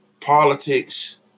politics